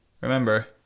remember